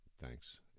Thanks